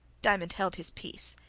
diamond held his peace,